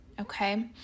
Okay